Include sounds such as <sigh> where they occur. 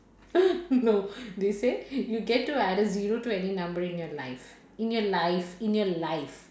<laughs> no they say you get to add a zero to any number in your life in your life in your life